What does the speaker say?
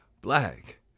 black